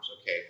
Okay